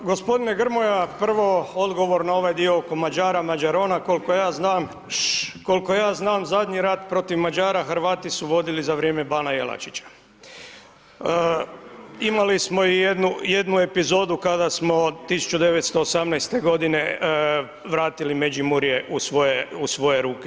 Pa gospodine Grmoja prvo odgovor na ovaj dio oko Mađara, mađarona kolko ja znam zadnji rat protiv Mađara Hrvati su vodili za vrijeme Bana Jelačića, imali smo i jednu epizodu kada smo 1918. godine vratili Međimurje u svoje, u svoje ruke.